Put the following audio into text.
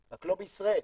רק לא בישראל,